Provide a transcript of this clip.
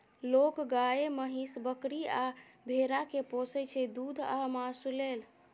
लोक गाए, महीष, बकरी आ भेड़ा केँ पोसय छै दुध आ मासु लेल